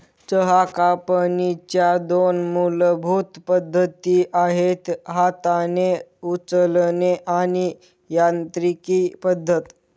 चहा कापणीच्या दोन मूलभूत पद्धती आहेत हाताने उचलणे आणि यांत्रिकी पद्धत